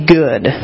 good